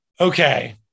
okay